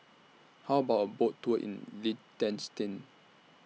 How about A Boat Tour in Liechtenstein